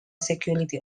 security